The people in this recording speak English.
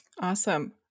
Awesome